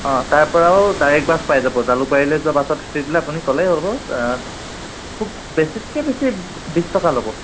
অঁ তাৰ পৰাও ডাইৰেক বাছ পাই যাব জালুকবাৰীলৈ যোৱা বাছত উঠি দিলে আপুনি ক'লে হ'ব খুউব বেছিতকৈ বেছি বিছ টকা ল'ব